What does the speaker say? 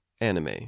anime